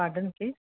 pardon please